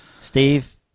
Steve